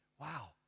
Wow